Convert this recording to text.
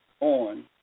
on